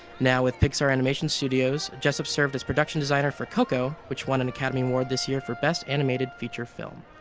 now with pixar animation studios, jessup served as production designer for coco, which won an academy award this year for best animated feature film.